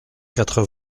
quatre